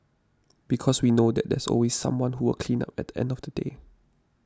because we know that there's always someone who will clean up at the end of the day